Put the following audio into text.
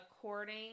according